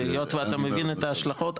והיות ואתה מבין את ההשלכות.